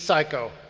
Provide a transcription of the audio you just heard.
siko,